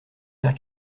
faire